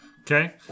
Okay